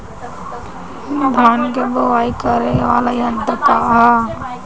धान के बुवाई करे वाला यत्र का ह?